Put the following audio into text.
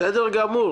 בסדר גמור.